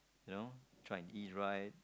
you know try and eat right